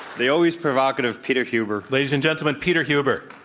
the always provocative peter huber. ladies and gentlemen, peter huber.